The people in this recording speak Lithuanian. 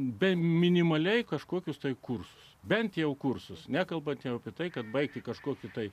bent minimaliai kažkokius tai kursus bent jau kursus nekalbate apie tai kad baigti kažkokį tai